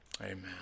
Amen